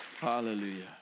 Hallelujah